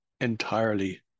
entirely